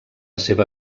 seva